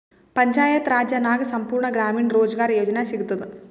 ಪಂಚಾಯತ್ ರಾಜ್ ನಾಗ್ ಸಂಪೂರ್ಣ ಗ್ರಾಮೀಣ ರೋಜ್ಗಾರ್ ಯೋಜನಾ ಸಿಗತದ